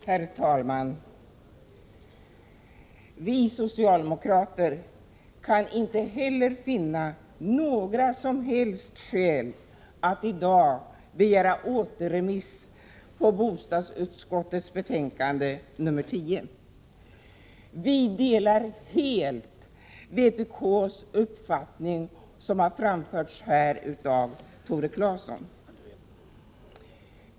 Herr talman! Vi socialdemokrater kan inte heller finna några som helst skäl att i dag begära återremiss av bostadsutskottets betänkande 10. Vi delar helt vpk:s uppfattning, som har framförts av Tore Claeson.